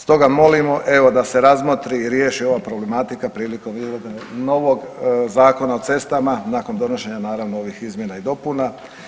Stoga molimo evo da se razmotri i riješi ova problematika prilikom izrade novog Zakona o cestama nakon donošenja naravno ovih izmjena i dopuna.